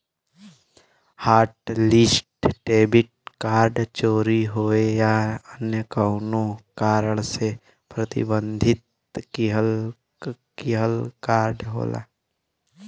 hotlist debit card चोरी होये या अन्य कउनो कारण से प्रतिबंधित किहल कार्ड होला